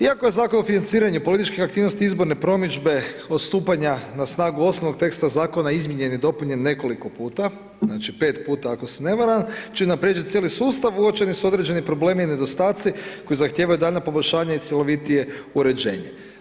Iako je Zakon o financiranju političkih aktivnosti i izborne promidžbe od stupanja na snagu osnovnog teksta Zakona izmijenjen i dopunjen nekoliko puta, znači, 5 puta ako se ne varam, čime je unaprijeđen cijeli sustav, uočeni su određeni problemi i nedostaci koji zahtijevaju daljnja poboljšanja i cjelovitije uređenje.